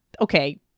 okay